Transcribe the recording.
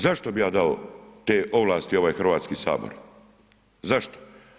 Zašto bi ja dao te ovlasti ovaj Hrvatski sabor, zašto?